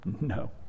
No